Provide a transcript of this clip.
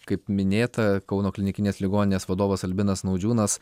kaip minėta kauno klinikinės ligoninės vadovas albinas naudžiūnas